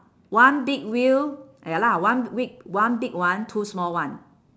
one big wheel ya lah one big one big one two small one